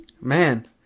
Man